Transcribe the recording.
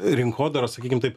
rinkodaros sakykim taip